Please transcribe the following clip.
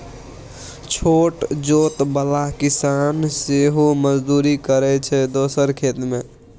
छोट जोत बला किसान सेहो मजदुरी करय छै दोसरा खेत मे